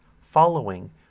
following